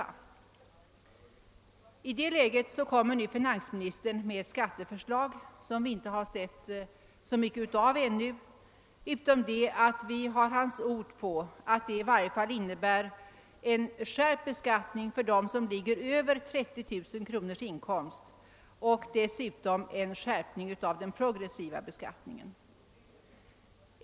Och i det läget har finansministern nu lagt fram ett skatteförslag som vi ännu inte sett så mycket av, men beträffande vilket vi har finansministerns ord på att förslaget i varje fall innebär en skärpt beskattning för ensamstående som ligger över 30 000 kronors inkomst och dessutom en skärpning av den progressiva beskattningen.